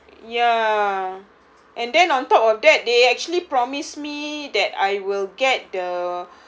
ya and then on top of that they actually promised me that I will get the